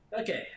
Okay